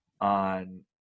on